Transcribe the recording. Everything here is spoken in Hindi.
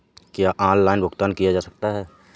क्या ऑनलाइन भुगतान किया जा सकता है?